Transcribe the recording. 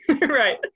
Right